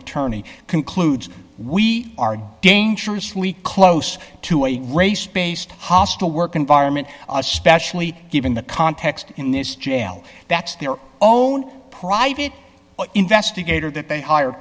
attorney concludes we are again traditionally close to a race based hostile work environment especially given the context in this jail that's their own private investigator that they hire